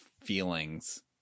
feelings